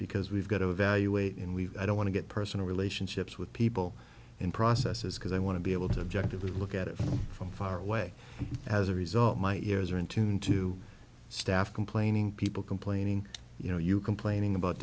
because we've got to evaluate and we don't want to get personal relationships with people in processes because i want to be able to objective look at it from far away as a result my ears are in tune to staff complaining people complaining you know you complaining about